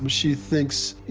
um she thinks, you